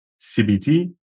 CBT